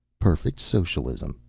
perfect socialism,